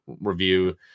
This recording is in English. review